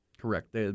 Correct